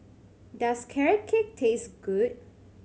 does Carrot Cake taste good